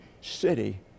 city